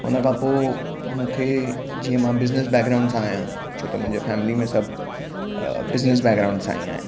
उनखां पोइ मूंखे जीअं मां बिजनेस बॅकग्राउंड सां आहियां छो त मुंहिंजे फॅमिली में सभु अ बिज़नेस बॅकग्राउंड सां ई आहिनि